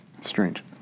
Strange